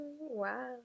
Wow